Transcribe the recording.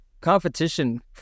competition